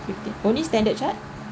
fifteen only Standard Chart